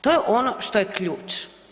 To je ono što je ključ.